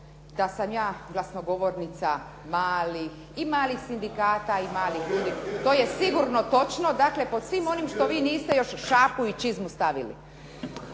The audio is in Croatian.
da sam ja glasnogovornica malih i malih sindikata i malih ljudi. To je sigurno točno, dakle po svim onim što vi niste još šapu i čizmu stavili.